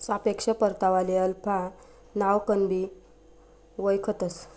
सापेक्ष परतावाले अल्फा नावकनबी वयखतंस